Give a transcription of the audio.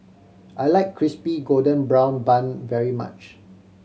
I like Crispy Golden Brown Bun very much